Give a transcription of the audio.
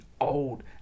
old